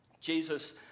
Jesus